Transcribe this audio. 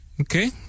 Okay